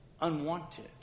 Unwanted